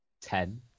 Ten